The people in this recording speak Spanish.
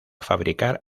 fabricar